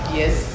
yes